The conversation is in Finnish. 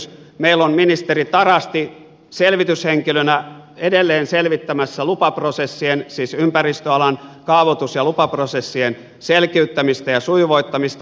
meillä on ministeri tarasti selvityshenkilönä edelleen selvittämässä lupaprosessien siis ympäristöalan kaavoituksen ja lupaprosessien selkeyttämistä ja sujuvoittamista